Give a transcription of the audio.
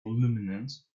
luminance